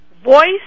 Voice